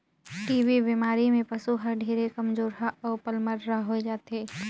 TB बेमारी में पसु हर ढेरे कमजोरहा अउ पलमरहा होय जाथे